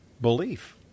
belief